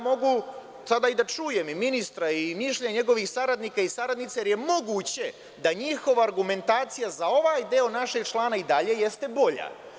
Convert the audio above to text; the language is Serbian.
Mogu sada i da čujem i ministra i mišljenje njegovih saradnika i saradnica, jer je moguće da njihova argumentacija za ovaj deo našeg člana i dalje jeste bolja.